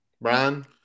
Brian